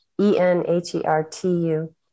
E-N-H-E-R-T-U